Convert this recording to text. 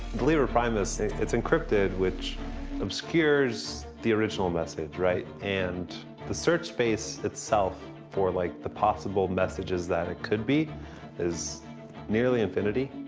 the liber primus it's encrypted, which obscures the original message, right? and the search space itself for like the possible messages that it could be is nearly infinity.